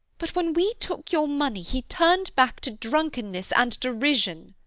but when we took your money he turned back to drunkenness and derision.